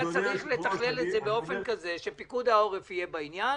היה צריך לתכלל את זה באופן כזה שפיקוד העורף יהיה בעניין